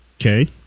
okay